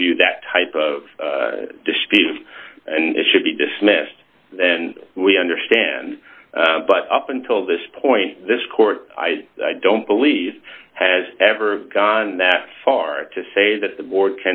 review that type of dispute and it should be dismissed then we understand but up until this point this court i don't believe has ever gone that far to say that the board